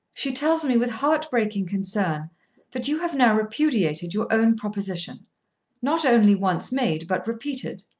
she tells me with heart-breaking concern that you have now repudiated your own proposition not only once made but repeated.